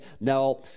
now